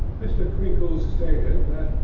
mr. crinkles stated that,